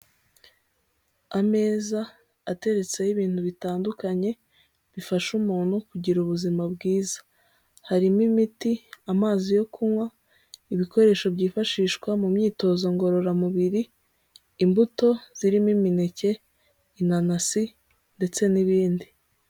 Ameza ateretseho ibintu bitandukanye bifasha umuntu kugira ubuzima bwiza, harimo imiti, amazi yo kunywa, ibikoresho byifashishwa mu myitozo ngororamubiri, imbuto zirimo imineke, inanasi ndetse n'ibindi.